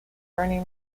bernie